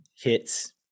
hits